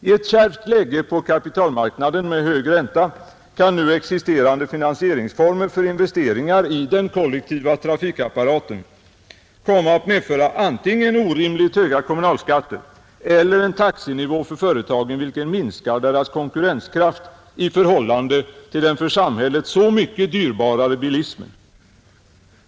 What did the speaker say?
I ett skärpt läge på kapitalmarknaden med hög ränta kan nu existerande finansieringsformer för investeringar i den kollektiva trafikapparaten komma att medföra antingen orimligt höga kommunalskatter eller en taxenivå för företagen, vilken minskar deras konkurrenskraft i förhållande till den för samhället så mycket dyrbarare bilismen.